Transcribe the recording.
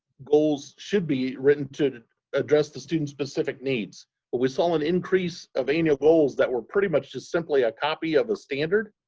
goals should be written to address the student' specific needs but we saw an increase of annual goals that were pretty much the simply a copy of the standard.